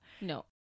No